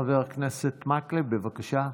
חבר הכנסת מקלב, בבקשה.